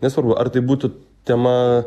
nesvarbu ar tai būtų tema